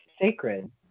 sacred